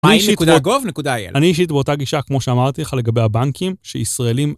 אני אישית באותה גישה כמו שאמרתי לך לגבי הבנקים, שישראלים